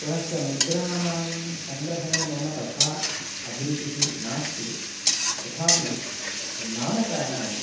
पुनश्च मुद्राणां सङ्ग्रहणे मम तथा अभिरुचिः नास्ति तथापि नाणकानां